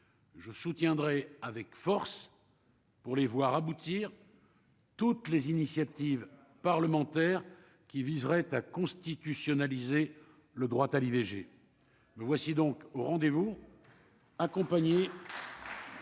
Je soutiendrai avec force pour les voir aboutir. Toutes les initiatives parlementaires qui viserait à constitutionnaliser le droit à l'IVG, voici donc au rendez-vous accompagner.